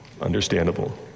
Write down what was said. Understandable